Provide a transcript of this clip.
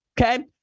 okay